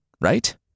right